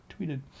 tweeted